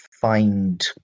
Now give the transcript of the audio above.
find